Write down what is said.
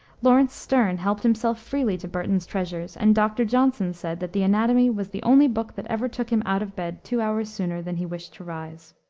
lawrence sterne helped himself freely to burton's treasures, and dr. johnson said that the anatomy was the only book that ever took him out of bed two hours sooner than he wished to rise.